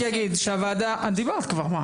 את דיברת כבר.